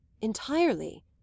entirely